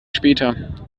später